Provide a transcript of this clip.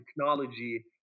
technology